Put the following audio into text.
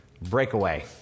Breakaway